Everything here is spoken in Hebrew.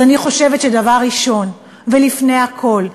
אז אני חושבת שדבר ראשון ולפני הכול,